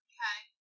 Okay